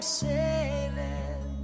sailing